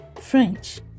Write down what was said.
French